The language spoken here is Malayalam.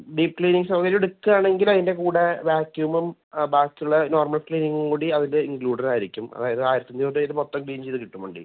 ഡീപ് ക്ലീനിങ്ങ് സൗകര്യം എടുക്കുക ആണെങ്കിൽ അതിൻ്റെ കൂടെ വാക്യൂമും ബാക്കിയുള്ള നോർമ്മൽ ക്ലീനിങ്ങും കൂടി അതിൽ ഇൻക്ളൂഡഡ് ആയിരിക്കും അതായത് ആയിരത്തി അഞ്ഞൂറ് രൂപയ്ക്ക് മൊത്തം ക്ലീൻ ചെയ്ത് കിട്ടും വണ്ടി